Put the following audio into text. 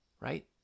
Right